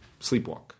sleepwalk